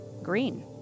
Green